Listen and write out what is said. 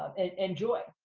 and enjoy.